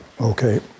Okay